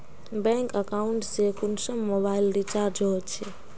Bank account से कुंसम mobile recharge होचे?